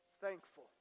thankful